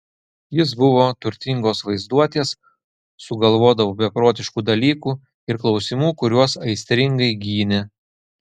jis buvo turtingos vaizduotės sugalvodavo beprotiškų dalykų ir klausimų kuriuos aistringai gynė